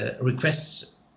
requests